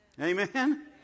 Amen